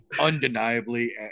undeniably